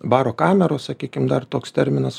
baro kameros sakykim dar toks terminas